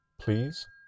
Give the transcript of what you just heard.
Please